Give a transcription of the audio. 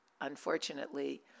unfortunately